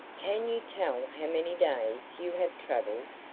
can you tell how many days you have travelled?